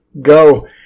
Go